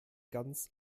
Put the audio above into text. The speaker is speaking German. ganz